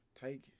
Take